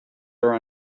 are